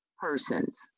persons